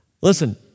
Listen